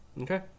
Okay